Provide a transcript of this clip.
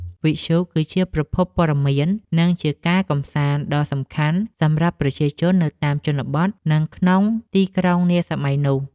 វិទ្យុគឺជាប្រភពព័ត៌មាន និងជាការកម្សាន្តដ៏សំខាន់សម្រាប់ប្រជាជននៅតាមជនបទនិងក្នុងទីក្រុងនាសម័យនោះ។